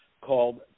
called